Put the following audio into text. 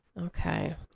Okay